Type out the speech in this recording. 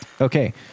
Okay